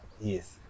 Yes